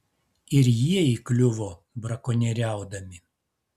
ir jie įkliuvo brakonieriaudami